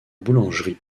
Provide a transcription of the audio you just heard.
boulangerie